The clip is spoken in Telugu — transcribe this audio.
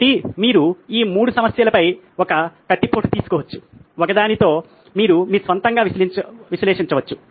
కాబట్టి మీరు ఈ 3 సమస్యలపై ఒక లొతైన సంఘర్షణ తీసుకోవచ్చు ఒకదానిలో మీరు మీ స్వంతంగా విశ్లేషించవచ్చు